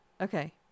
Okay